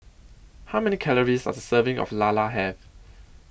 How Many Calories Does A Serving of Lala Have